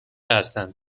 هستن